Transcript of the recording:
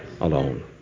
alone